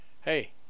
Hey